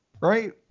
right